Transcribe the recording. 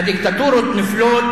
מי שמטיף לנו מוסר,